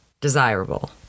desirable